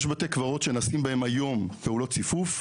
יש בתי קברות שנעשים בהם היום פעולות ציפוף,